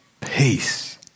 peace